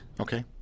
Okay